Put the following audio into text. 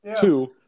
Two